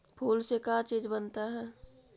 फूल से का चीज बनता है?